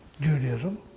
Judaism